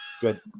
good